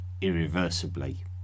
irreversibly